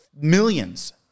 millions